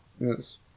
Yes